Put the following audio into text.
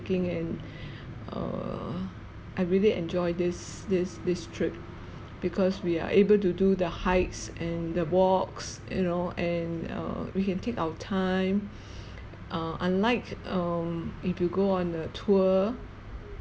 and err I really enjoy this this this trip because we are able to do the hikes and the walks you know and err we can take our time uh unlike um if you go on a tour